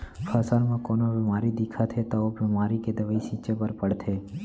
फसल म कोनो बेमारी दिखत हे त ओ बेमारी के दवई छिंचे बर परथे